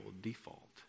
default